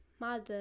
mother